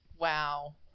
Wow